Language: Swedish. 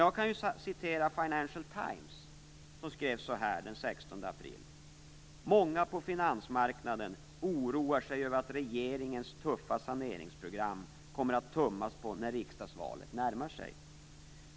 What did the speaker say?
Jag kan citera Financial Times, som den 16 april skriver följande: "Många på finansmarknaderna oroar sig över att regeringens tuffa saneringsprogram kommer att tummas på när riksdagsvalet närmar sig.